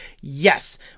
Yes